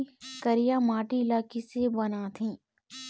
करिया माटी ला किसे बनाथे?